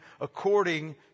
according